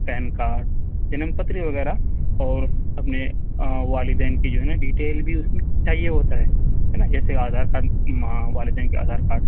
pain card جنم پتری وغیرہ اور اپنے والدین کی جو ہے نا ڈیٹیل بھی اس میں چاہیے ہوتا ہے ہے نا جیسے آدھار کارڈ کی ماں والدین کے آدھار کارڈ